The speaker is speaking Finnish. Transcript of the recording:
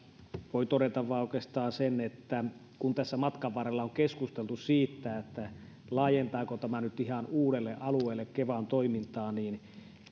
voi todeta vain oikeastaan sen että kun tässä matkan varrella on keskusteltu siitä laajentaako tämä nyt ihan uudelle alueelle kevan toimintaa niin